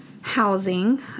housing